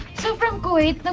so from kuwait.